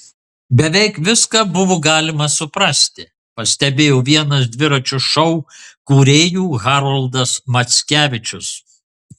beveik viską buvo galima suprasti pastebėjo vienas dviračio šou kūrėjų haroldas mackevičius